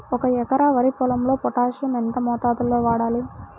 ఒక ఎకరా వరి పొలంలో పోటాషియం ఎంత మోతాదులో వాడాలి?